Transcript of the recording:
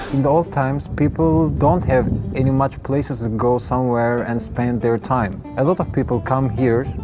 the old times, people don't have any much places and go somewhere and spend their time. a lot of people come here,